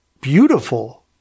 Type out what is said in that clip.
beautiful